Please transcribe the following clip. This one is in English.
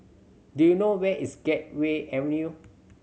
do you know where is Gateway Avenue